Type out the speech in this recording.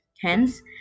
Hence